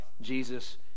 Jesus